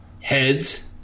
heads